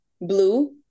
Blue